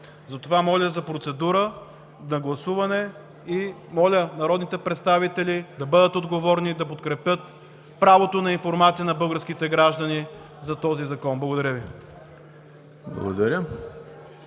Моля за процедура за гласуване и моля народните представители да бъдат отговорни и да подкрепят правото на информация на българските граждани за този закон. Благодаря Ви.